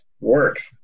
works